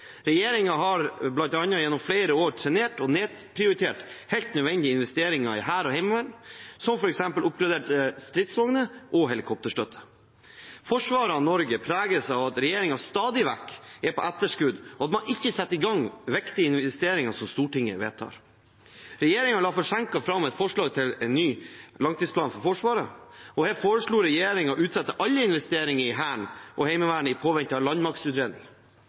har bl.a. gjennom flere år trenert og nedprioritert helt nødvendige investeringer i Hæren og Heimevernet, som f.eks. oppgraderte stridsvogner og helikopterstøtte. Forsvaret av Norge preges av at regjeringen stadig vekk er på etterskudd, og at man ikke setter i gang viktige investeringer som Stortinget vedtar. Regjeringen la forsinket fram et forslag til en ny langtidsplan for Forsvaret, og her foreslo regjeringen å utsette alle investeringer i Hæren og Heimevernet i